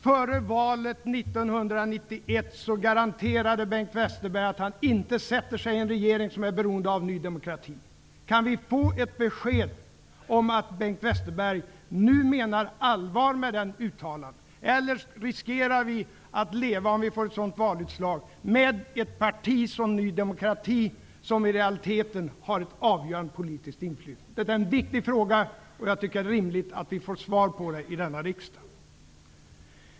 Före valet 1991 garanterade Bengt Westerberg att han inte skulle sätta sig i en regering som var beroende av Ny demokrati. Kan vi få ett besked om att Bengt Westerberg nu menar allvar med det uttalandet? Eller riskerar vi att -- om valutslaget blir sådant -- få leva med att ett parti som Ny demokrati har ett avgörande politiskt inflytande? -- Det är en viktig fråga, och jag tycker att det är rimligt att vi här i riksdagen får svar på den.